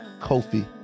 Kofi